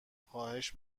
خواهش